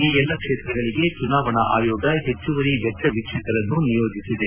ಈ ಎಲ್ಲಾ ಕ್ಷೇತ್ರಗಳಿಗೆ ಚುನಾವಣಾ ಆಯೋಗ ಹೆಚ್ಚುವರಿ ವೆಚ್ಚ ವೀಕ್ಷಕರನ್ನು ನಿಯೋಜಿಸಿದೆ